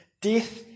death